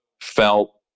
felt